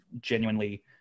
genuinely